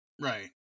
right